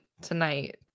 tonight